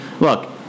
look